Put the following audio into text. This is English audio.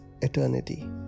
eternity